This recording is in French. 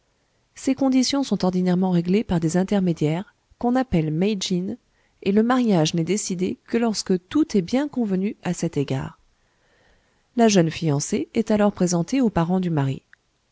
ces conditions sont ordinairement réglées par des intermédiaires qu'on appelle meijin et le mariage n'est décidé que lorsque tout est bien convenu à cet égard la jeune fiancée est alors présentée aux parents du mari